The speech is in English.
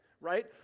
right